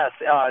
Yes